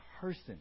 person